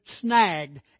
snagged